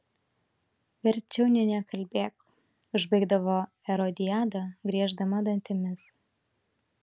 verčiau nė nekalbėk užbaigdavo erodiada grieždama dantimis